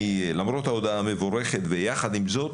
למרות ההודעה המבורכת ויחד עם זאת,